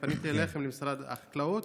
ופניתי אליכם למשרד החקלאות.